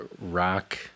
rock